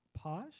Posh